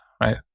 right